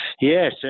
yes